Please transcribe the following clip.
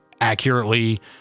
accurately